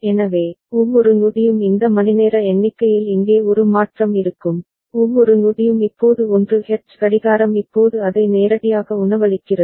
எனவே ஒவ்வொரு நொடியும் இந்த மணிநேர எண்ணிக்கையில் இங்கே ஒரு மாற்றம் இருக்கும் ஒவ்வொரு நொடியும் இப்போது 1 ஹெர்ட்ஸ் கடிகாரம் இப்போது அதை நேரடியாக உணவளிக்கிறது